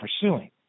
pursuing